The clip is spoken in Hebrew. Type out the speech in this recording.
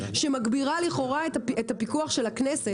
שמגיבים לכאורה את הפיקוח של הכנסת,